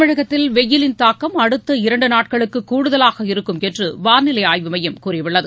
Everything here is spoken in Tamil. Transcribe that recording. தமிழகத்தில் வெய்யிலின் தாக்கம் அடுத்த இரண்டு நாட்களுக்கு கூடுதவாக இருக்கும் என்று வானிலை ஆய்வு மையம் கூறியுள்ளது